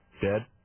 dead